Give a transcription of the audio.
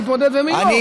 להתמודד ומי לא.